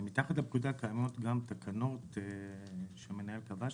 ומתחת לפקודה קיימות גם תקנות שהמנהל קבע,